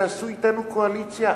תעשו אתנו קואליציה,